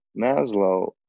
Maslow